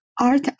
art